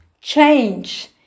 change